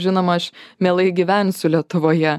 žinoma aš mielai gyvensiu lietuvoje